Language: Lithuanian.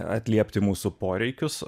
atliepti mūsų poreikius